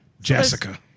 Jessica